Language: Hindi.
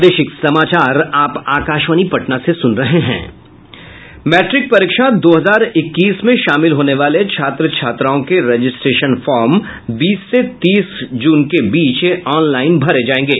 मैट्रिक परीक्षा दो हजार इक्कीस में शामिल होने वाले छात्र छात्राओं के रजिस्ट्रेशन फॉर्म बीस से तीस जून के बीच ऑनलाइन भरे जायेंगे